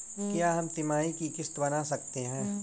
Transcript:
क्या हम तिमाही की किस्त बना सकते हैं?